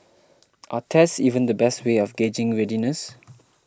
are tests even the best way of gauging readiness